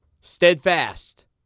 steadfast